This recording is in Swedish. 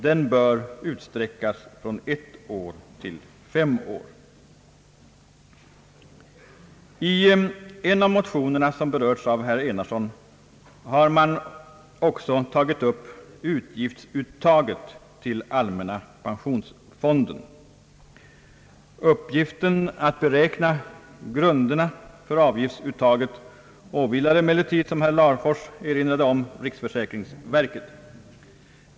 Den bör utsträckas från ett till fem år. I en av motionerna — den berördes av herr Enarsson — har man tagit upp avgiftsuttaget till allmänna pensionsfonden. Uppgiften att beräkna grunderna för avgiftsuttaget åvilar emellertid, som herr Larfors erinrade om, riksförsäkringsverket.